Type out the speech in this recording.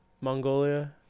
Mongolia